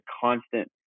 constant